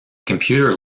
computer